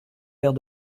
verre